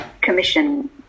commission